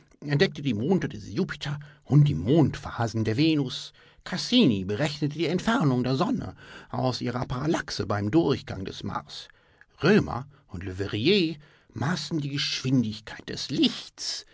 entdeckte die monde des jupiter und die mondphasen der venus cassini berechnete die entfernung der sonne aus ihrer parallaxe beim durchgang des mars römer und leverrier maßen die geschwindigkeit des lichts